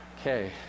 Okay